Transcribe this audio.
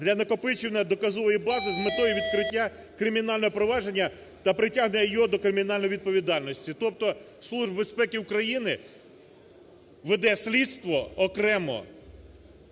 для накопичувально-доказової бази з метою відкриття кримінального провадження та притягнення його до кримінальної відповідальності, тобто Служба безпеки України веде слідство окремо.